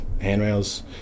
handrails